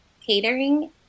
catering